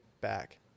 back